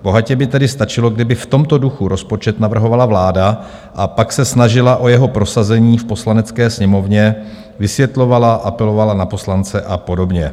Bohatě by tedy stačilo, kdyby v tomto duchu rozpočet navrhovala vláda a pak se snažila o jeho prosazení v Poslanecké sněmovně, vysvětlovala, apelovala na poslance a podobně.